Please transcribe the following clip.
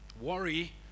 worry